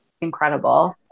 incredible